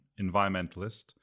environmentalist